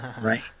right